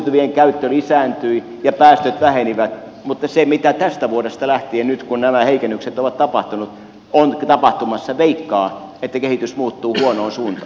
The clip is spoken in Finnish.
uusiutuvien käyttö lisääntyi ja päästöt vähenivät mutta sen suhteen mitä tästä vuodesta lähtien nyt kun nämä heikennykset ovat tapahtuneet on tapahtumassa veikkaan että kehitys muuttuu huonoon suuntaan